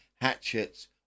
hatchets